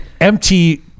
empty